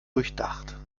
durchdacht